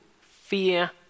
fear